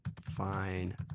fine